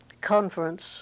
conference